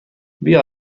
بیا